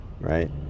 right